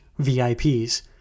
VIPs